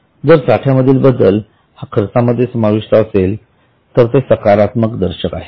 जर साठ्यातील बदल हा खर्चामध्ये समाविष्ट असेल तर ते सकारात्मक दर्शक आहे